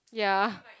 ya